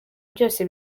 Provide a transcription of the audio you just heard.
byose